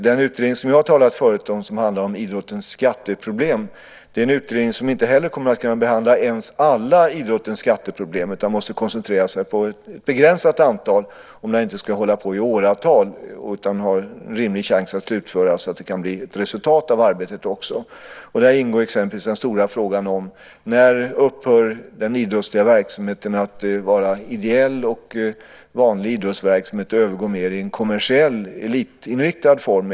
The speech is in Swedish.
Den utredning som jag tidigare har talat om, som handlar om idrottens skatteproblem, är en utredning som inte kommer att kunna behandla ens alla idrottens skatteproblem. Den måste koncentrera sig på ett begränsat antal om den inte ska hålla på i åratal utan ha en rimlig chans att slutföras så att det också kan bli ett resultat av arbetet. Där ingår exempelvis den stora frågan om när den idrottsliga verksamheten upphör att vara ideell, vanlig verksamhet och blir mer av en kommersiell, elitinriktad form.